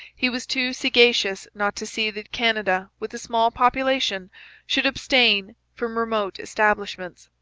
he was too sagacious not to see that canada with a small population should abstain from remote establishments.